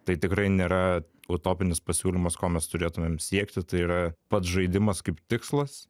tai tikrai nėra utopinis pasiūlymas ko mes turėtumėm siekti tai yra pats žaidimas kaip tikslas